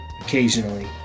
Occasionally